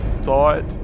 thought